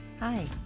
Hi